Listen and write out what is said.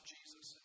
Jesus